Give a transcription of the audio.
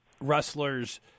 wrestlers